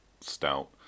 stout